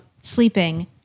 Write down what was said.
sleeping